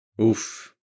oof